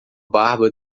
barba